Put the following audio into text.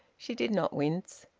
she did not wince.